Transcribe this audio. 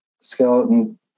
Skeleton